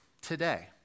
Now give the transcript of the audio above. today